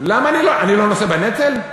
אני לא נושא בנטל?